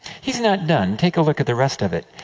he is not done. take a look at the rest of it.